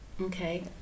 Okay